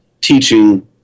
Teaching